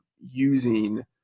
using